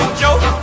joke